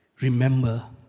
Remember